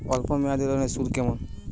অল্প মেয়াদি লোনের সুদ কেমন?